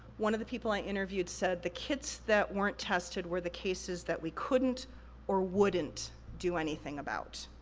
one of the people i interviewed said, the kits that weren't tested were the cases that we couldn't or wouldn't do anything about.